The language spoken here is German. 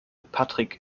patrick